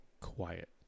quiet